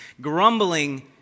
grumbling